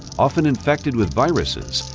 often infected with viruses,